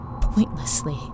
pointlessly